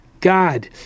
God